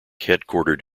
headquartered